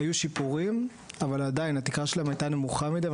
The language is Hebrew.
היו שיפורים אבל עדיין התקרה שלהם הייתה נמוכה מידי.